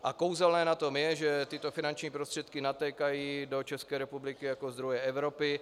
A kouzelné na tom je, že tyto finanční prostředky natékají do České republiky jako zdroje Evropy.